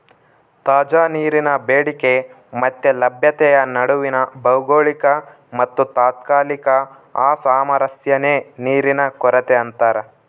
ತಾಜಾ ನೀರಿನ ಬೇಡಿಕೆ ಮತ್ತೆ ಲಭ್ಯತೆಯ ನಡುವಿನ ಭೌಗೋಳಿಕ ಮತ್ತುತಾತ್ಕಾಲಿಕ ಅಸಾಮರಸ್ಯನೇ ನೀರಿನ ಕೊರತೆ ಅಂತಾರ